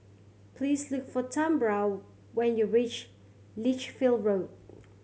please look for Tambra when you reach Lichfield Road